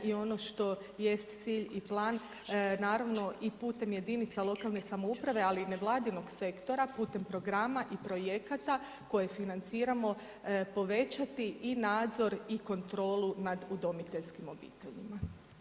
I ono što jest cilj i plan naravno i putem jedinica lokalne samouprave ali i nevladinog sektora putem programa i projekata koje financiramo povećati i nadzor i kontrolu nad udomiteljskim obiteljima.